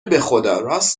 بخداراست